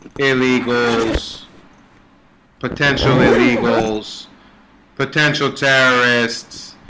illegals potentially illegals potential terrorists,